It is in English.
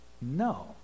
No